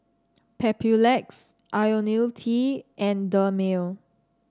papulex IoniL T and Dermale